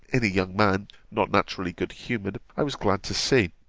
in a young man, not naturally good-humoured, i was glad to see